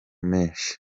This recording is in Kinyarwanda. menshi